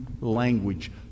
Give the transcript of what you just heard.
language